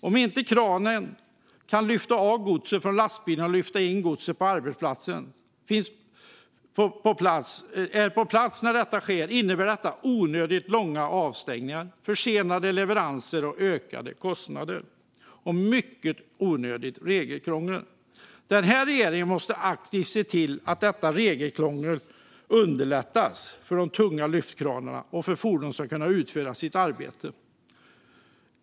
Om kranen som ska lyfta av godset från lastbilarna och lyfta in godset på arbetsplatsen inte finns på plats innebär detta onödigt långa avstängningar, försenade leveranser och ökade kostnader. Det här utgör ett mycket onödigt regelkrångel. Regeringen måste aktivt se över detta för att underlätta för tunga lyftkranar och fordon att kunna utföra sitt arbete.